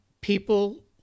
People